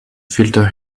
filter